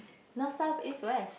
North South East West